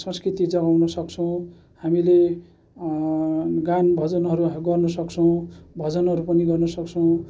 संस्कृति जगाउन सक्छौँ हामीले गान भजनहरू गर्न सक्छौँ भजनहरू पनि गर्न सक्छोँ